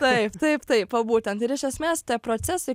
taip taip taip va būtent ir iš esmės tie procesai